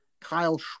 Kyle